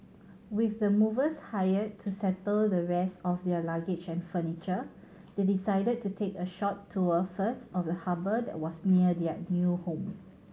with the movers hired to settle the rest of their luggage and furniture they decided to take a short tour first of the harbour that was near their new home